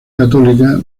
católica